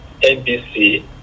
NBC